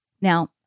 Now